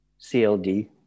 CLD